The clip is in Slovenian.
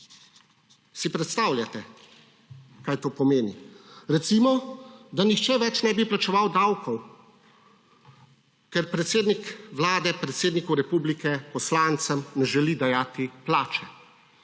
Si predstavljate, kaj to pomeni? Recimo, da nihče več ne bi plačeval davkov, ker predsednik Vlade predsedniku republike, poslancem, ne želi dajati plače.